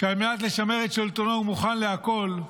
שעל מנת לשמר את שלטונו הוא מוכן לכול,